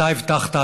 אתה הבטחת,